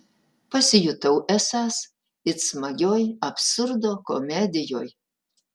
pasijutau esąs it smagioj absurdo komedijoj